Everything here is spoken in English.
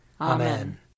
Amen